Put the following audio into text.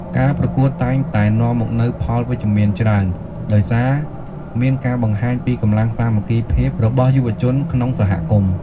ការប្រកួតតែងតែនាំមកនូវផលវិជ្ជមានច្រើន ដោយសារមានការបង្ហាញពីកម្លាំងសាមគ្គីភាពរបស់យុវជនក្នុងសហគមន៍។